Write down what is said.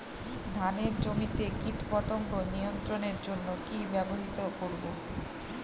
ধানের জমিতে কীটপতঙ্গ নিয়ন্ত্রণের জন্য কি ব্যবহৃত করব?